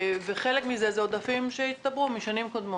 כאשר חלק מזה זה עודפים שהצטברו בשנים קודמות.